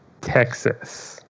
texas